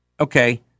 okay